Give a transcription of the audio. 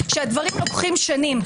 שהדברים לוקחים שנים.